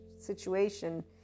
situation